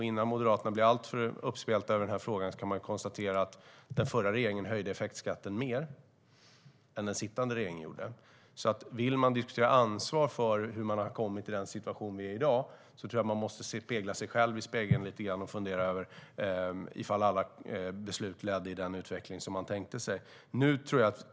Innan Moderaterna blir alltför uppspelta över denna fråga kan man konstatera att den förra regeringen höjde effektskatten mer än den sittande regeringen. Om man vill diskutera ansvaret för att vi har hamnat i den situation vi är i dag tror jag att man måste se sig själv i spegeln och fundera lite över om alla beslut ledde till den utveckling man tänkt sig.